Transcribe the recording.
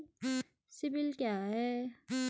CIBIL क्या है?